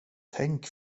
tänk